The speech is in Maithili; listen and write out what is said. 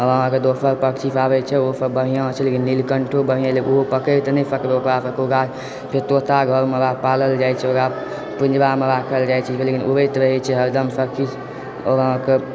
आओर अहाँक दोसर पक्षीसभ आबैय छै ओसभ बढ़िआँ छै लेकिन नीलकण्ठो बढ़िआँ जकाँ ओहो पकड़ि तऽ नहि सकबै ओकरा सभके फेर तोता घरमे पालल जाइत छै ओकरा पिन्जरामे राखल जाइत छै लेकिन उड़ैत रहय छै हरदम सभ किछु ओ अहाँकऽ